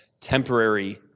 temporary